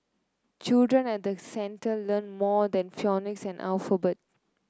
children at the centre learn more than phonics and the alphabet